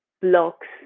blocks